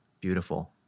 beautiful